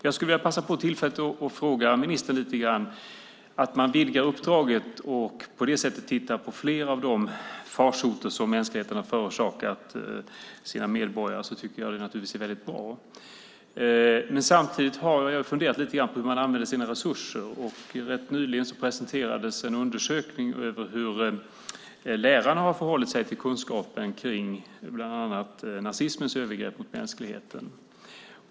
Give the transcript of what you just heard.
Jag skulle vilja passa på tillfället och fråga ministern lite grann om att uppdraget vidgats och att Forum för levande historia därmed ska titta på flera av de farsoter som mänskligheten förorsakat sina medborgare. Det tycker jag naturligtvis är väldigt bra. Samtidigt har jag funderat lite grann på hur de använder sina resurser. Ganska nyligen presenterades en undersökning om hur lärarna förhåller sig till kunskapen om bland annat nazismens övergrepp mot mänskligheten.